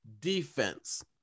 defense